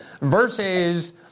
versus